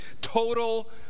Total